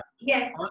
yes